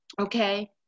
okay